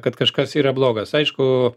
kad kažkas yra blogas aišku